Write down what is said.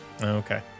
Okay